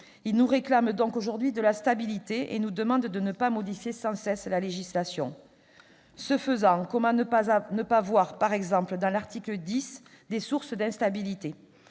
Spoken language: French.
Ils nous réclament donc aujourd'hui de la stabilité et nous demandent de ne pas modifier sans cesse la législation. Or comment ne pas voir, par exemple, dans l'article 10 une source d'instabilité ?